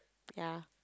ya